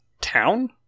town